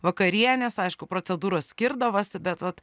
vakarienės aišku procedūros skirdavosi bet vat